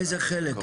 איזה חלק?